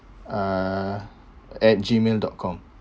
uh at gmail dot com